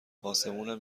اسمونم